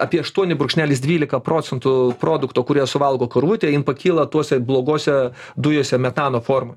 apie aštuoni brūkšnelis dvylika procentų produkto kur jo suvalgo karvutė jin pakyla tuose blogose dujose metano forma